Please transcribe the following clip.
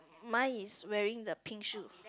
mine is wearing the pink shoe